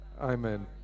Amen